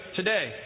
today